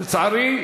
לצערי,